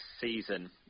season